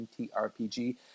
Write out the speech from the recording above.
MTRPG